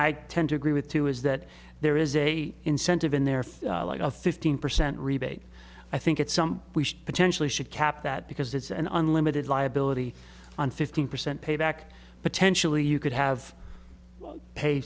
i tend to agree with too is that there is a incentive in there for like a fifteen percent rebate i think it's something we potentially should cap that because it's an unlimited liability on fifteen percent payback potentially you could have